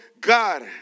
God